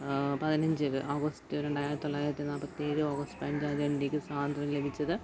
പതിനഞ്ച് ആഗസ്റ്റ് ആയിരത്തി തൊള്ളായിരത്തി നാല്പത്തിയേഴ് ഔഗസ്റ്റ് പതിനഞ്ചിനാണ് ഇന്ത്യക്ക് സ്വാതന്ത്ര്യം ലഭിച്ചത്